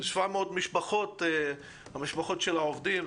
אלה 700 משפחות של העובדים.